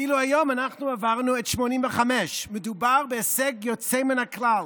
ואילו היום אנחנו עברנו את 85. מדובר בהישג יוצא מן הכלל.